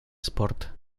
sport